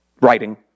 writing